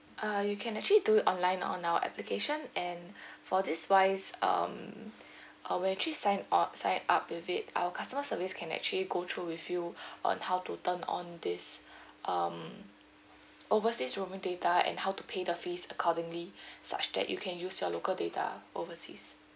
uh you can actually do it online on our application and for this wise um uh when actually sign uh sign up with it our customer service can actually go through with you on how to turn on this um overseas roaming data and how to pay the fees accordingly such that you can use your local data overseas